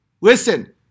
Listen